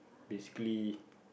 basically